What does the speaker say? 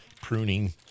pruning